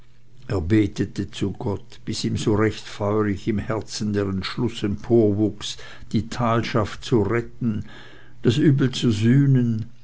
betete zu gott bis ihm so recht feurig im herzen der entschluß emporwuchs die talschaft zu retten das übel zu sühnen